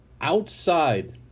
outside